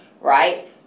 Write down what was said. right